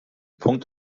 punkt